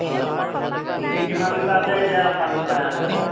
হয় হয় হয় এনেই কিমান লিটাৰকৈ এতিয়া পানী পাই আছে বাৰু